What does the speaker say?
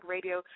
Radio